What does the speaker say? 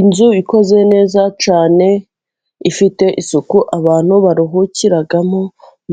Inzu ikoze neza cyane, ifite isuku abantu baruhukiramo,